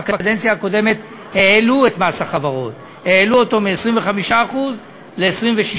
בקדנציה הקודמת העלו את מס החברות מ-25% ל-26.5%.